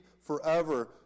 forever